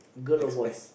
express